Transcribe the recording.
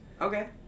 Okay